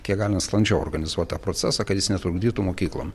kiek galima sklandžiau organizuot tą procesą kad jis netrukdytų mokyklom